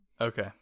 okay